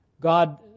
God